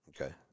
Okay